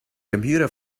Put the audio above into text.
computer